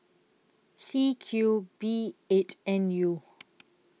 C Q B eight N U